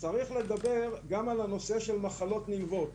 צריך לדבר גם על הנושא של מחלות נלוות.